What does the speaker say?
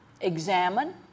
examine